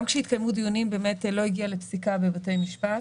גם כשהתקיימו דיונים זה באמת לא הגיע לפסיקה בבתי משפט.